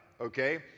okay